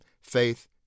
faith